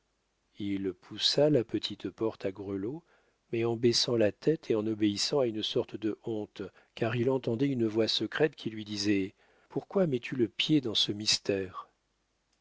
il poussa la petite porte à grelot mais en baissant la tête et en obéissant à une sorte de honte car il entendait une voix secrète qui lui disait pourquoi mets tu le pied dans ce mystère